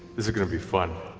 this is going to be fun.